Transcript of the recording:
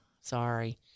sorry